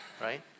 right